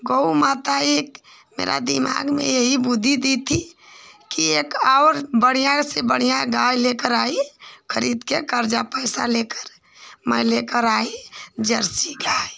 गऊ माता एक मेरे दिमाग में यही बुद्धि दी थी कि एक और बढ़ियाँ से बढ़ियाँ गाय लेकर आई खरीदकर कर्जा पैसा लेकर मैं लेकर आई ज़र्सी गाय